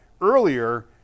earlier